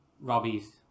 Robbie's